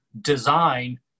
design